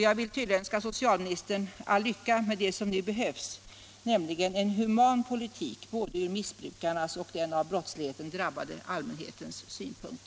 Jag vill önska socialministern all lycka med det som nu behövs, näm ligen en human politik både från missbrukarnas och från den av missbruket drabbade allmänhetens synpunkt.